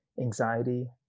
anxiety